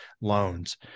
loans